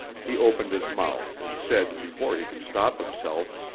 he opened his mouth and said before he could stop himself,